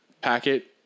packet